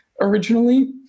originally